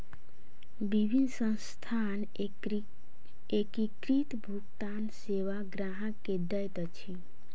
विभिन्न संस्थान एकीकृत भुगतान सेवा ग्राहक के दैत अछि